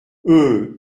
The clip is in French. euh